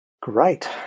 Great